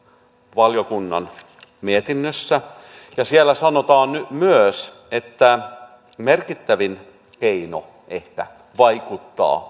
valiokunnan mietinnössä ja siellä sanotaan myös että merkittävin keino ehkä vaikuttaa